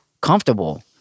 comfortable